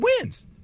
wins